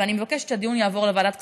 ואני מבקשת שהדיון יעבור לוועדת הכספים,